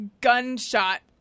gunshot